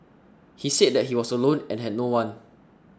he said that he was alone and had no one